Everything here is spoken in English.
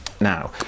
Now